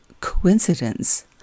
coincidence